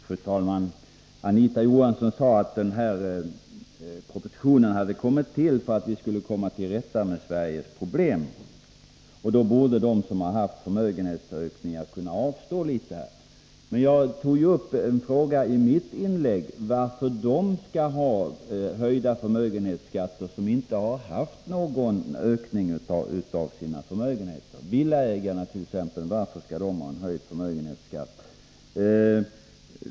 Fru talman! Anita Johansson sade att den här propositionen hade kommit till för att vi skulle komma till rätta med Sveriges problem, och då borde de som har haft förmögenhetsökningar kunna avstå litet. Men i mitt inlägg tog jag ju upp frågan varför de skall ha höjda förmögenhetsskatter som inte har haft någon ökning av sina förmögenheter. Varför skall t.ex. villaägarna ha en höjd förmögenhetsskatt?